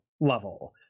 level